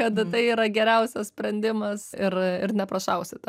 kad tai yra geriausias sprendimas ir ir neprašausite